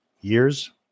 years